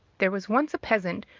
there was once a peasant,